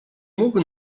mógł